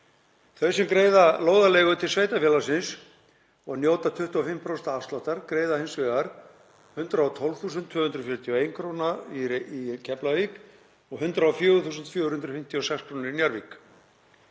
Þau sem greiða lóðarleigu til sveitarfélagsins og njóta 25% afsláttar greiða hins vegar 112.241 kr. í Keflavík og 104.456 kr. í Njarðvík.